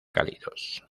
cálidos